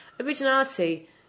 Originality